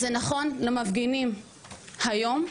זה נכון למפגינים היום,